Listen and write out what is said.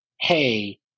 hey